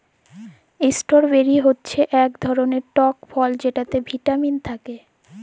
strawberry হচ্যে ইক ধরলের টক ফল যেটতে ভিটামিল থ্যাকে